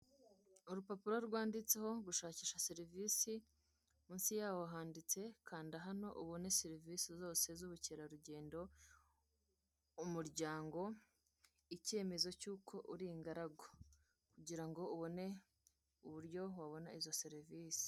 Urupapuro rwanditseho gushakisha serivise mu nsi yaho handitse kanda hano ubone serivise zose z'ubukerarugendo, umuryango, ikemezo cyuko uri ingaragu kugira ngo ubone uburyo wabona izo serivise.